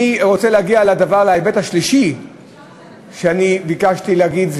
אני רוצה להגיע להיבט השלישי שאני ביקשתי להגיד,